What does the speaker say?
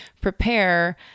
prepare